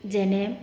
যেনে